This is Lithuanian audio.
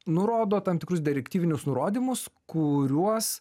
nurodo tam tikrus direktyvinius nurodymus kuriuos